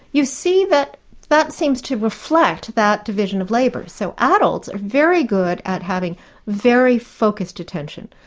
you see that that seems to reflect that division of labour. so adults are very good at having very focused attention,